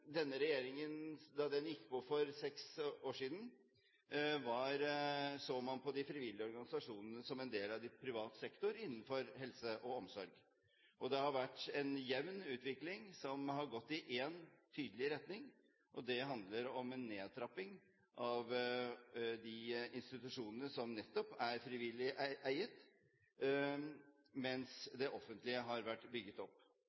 denne regjeringen overtok for seks år siden, så man på de frivillige organisasjonene som en del av privat sektor innenfor helse og omsorg. Det har vært en jevn utvikling, som har gått i én tydelig retning, og der det handler om en nedtrapping av de institusjonene som nettopp er eiet av frivillige, mens det offentlige har blitt bygget opp.